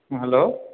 ହଁ ହ୍ୟାଲୋ